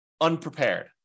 unprepared